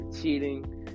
cheating